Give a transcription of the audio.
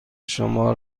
شما